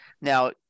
Now